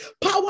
Power